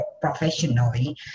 professionally